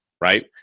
right